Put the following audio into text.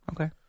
Okay